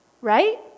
right